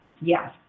yes